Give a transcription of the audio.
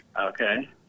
Okay